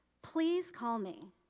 please call me,